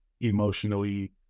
emotionally